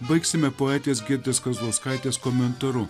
baigsime poetės giedrės kazlauskaitės komentaru